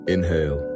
Inhale